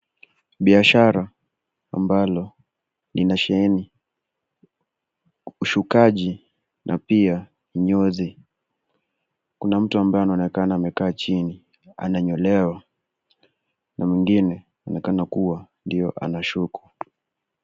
Biashara ambalo linasheheni. Usukaji, na pia kinyozi. Kuna mtu ambayeanaonekana amekaa chini ananyolewa na mwingine akionekana kuwa ndio anasukwa.